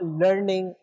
learning